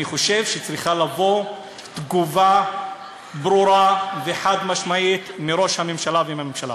אני חושב שצריכה לבוא תגובה ברורה וחד-משמעית מראש הממשלה ומהממשלה.